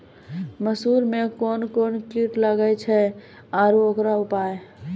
मसूर मे कोन कोन कीट लागेय छैय आरु उकरो उपाय?